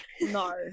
No